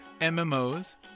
MMOs